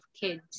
kids